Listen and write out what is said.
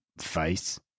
face